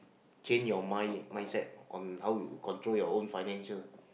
change your mind mindset on how you control your own financial